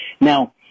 Now